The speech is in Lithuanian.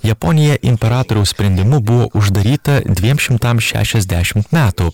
japonija imperatoriaus sprendimu buvo uždaryta dviem šimtam šešiasdešimt metų